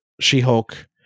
She-Hulk